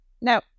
Now